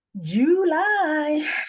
July